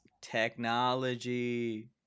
technology